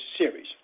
series